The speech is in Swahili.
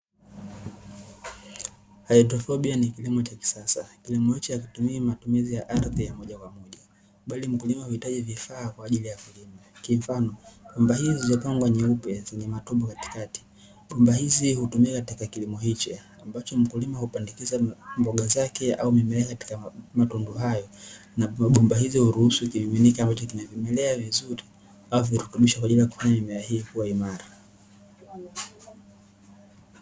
Haidroponi ni kilimo cha kisasa, kilimo hichi hakitumii matumizi ya ardhi ya moja kwa moja, bali mkulima huhitaji vifaa kwa ajili ya kilimo. Kwa mfano bomba hii yenye matundu, nyeupe, zenye matumbo katikati, bomba hizi hutumiwa katika kilimo hicho ambacho mkulima hupandikiza mboga zake au mimea katika matundu hayo, na bomba hizo huruhusu kimiminika ambacho kina vimelea vizuri au virutubisho kwa ajili ya kufanya mimea hii kuwa imara.